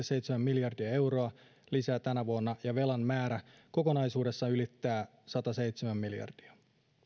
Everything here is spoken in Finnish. seitsemän miljardia euroa lisää tänä vuonna ja velan määrä kokonaisuudessaan ylittää sataseitsemän miljardia